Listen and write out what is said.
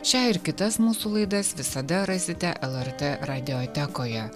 šią ir kitas mūsų laidas visada rasite lrt radiotekoje